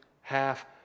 half